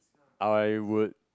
I would